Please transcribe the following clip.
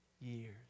years